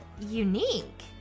unique